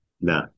No